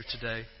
today